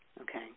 okay